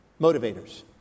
motivators